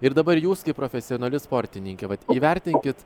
ir dabar jūs kaip profesionali sportininkė vat įvertinkit